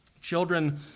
Children